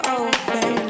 open